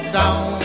down